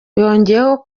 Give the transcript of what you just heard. yongeyeho